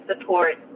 support